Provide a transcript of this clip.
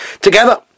together